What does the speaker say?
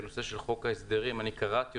בנושא של חוק ההסדרים אני קראתי